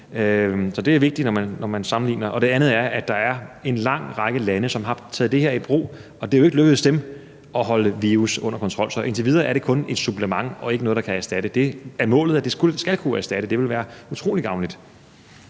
det er vigtigt, når man sammenligner. Det andet er, at der er en lang række lande, som har taget det her i brug, og det er jo ikke lykkedes dem at holde virus under kontrol. Så indtil videre er det kun et supplement og ikke noget, der kan erstatte. Det er målet, at det skal kunne erstatte; det ville være utrolig gavnligt.